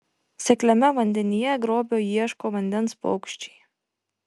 sekliame vandenyje grobio ieško vandens paukščiai